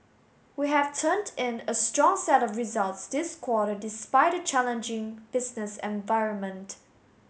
we have turned in a strong set of results this quarter despite a challenging business environment